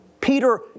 Peter